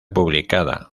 publicada